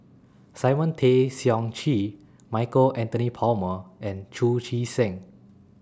Simon Tay Seong Chee Michael Anthony Palmer and Chu Chee Seng